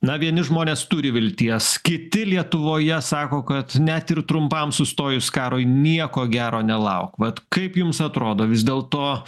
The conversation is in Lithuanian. na vieni žmonės turi vilties kiti lietuvoje sako kad net ir trumpam sustojus karui nieko gero nelauk vat kaip jums atrodo vis dėlto